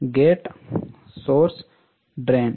gate మూలం drain